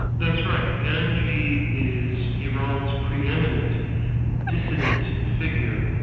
that's right, ganji is iran's preeminent dissident figure.